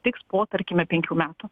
tik po tarkime penkių metų